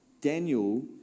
Daniel